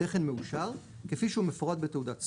"תכן מאושר" - כפי שהוא מפורט בתעודת סוג,